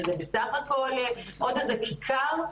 שזה בסך-הכל כיכר,